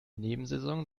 nebensaison